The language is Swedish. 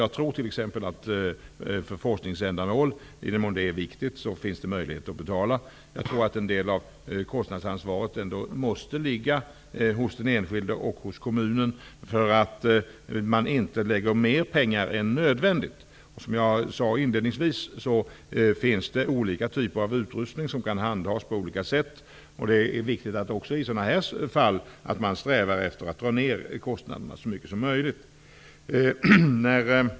Jag tror t.ex. att det för forskningsändamål, i den mån det är viktigt, finns möjlighet att betala. En del av kostnadsansvaret måte ändå ligga hos den enskilde och hos kommunen, eftersom man inte lägger ner mer pengar än nödvändigt. Som jag inledningsvis sade finns det olika typer av utrustning som kan handhas på olika sätt. Det är viktigt att också i sådana här fall sträva efter att dra ner kostnaderna så mycket som möjligt.